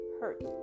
hurt